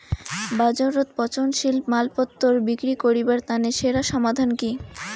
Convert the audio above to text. বাজারত পচনশীল মালপত্তর বিক্রি করিবার তানে সেরা সমাধান কি?